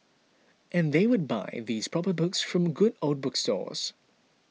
and they would buy these proper books from good old bookstores